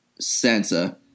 Sansa